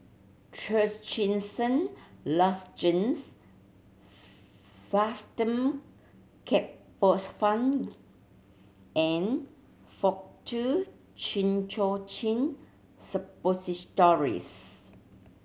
Trachisan Lozenges Fastum Ketoprofen and Faktu Cinchocaine Suppositories